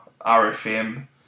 RFM